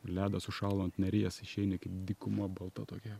ledas sušalo ant neries išeini kaip dykuma balta tokia